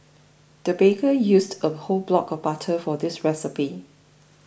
the baker used a whole block of butter for this recipe